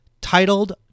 titled